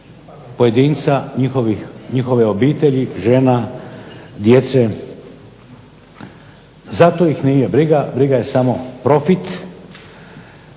pojedinca, njihove obitelji, žena, djece. Za to ih nije briga, briga je samo profit,